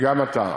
גם אתה.